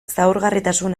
zaurgarritasun